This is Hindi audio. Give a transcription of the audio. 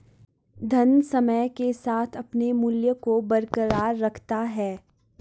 धन समय के साथ अपने मूल्य को बरकरार रखता है